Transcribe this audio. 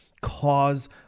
cause